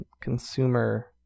consumer